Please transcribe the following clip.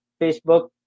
Facebook